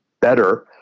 better